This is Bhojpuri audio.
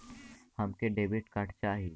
हमके डेबिट कार्ड चाही?